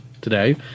today